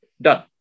Done